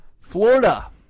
Florida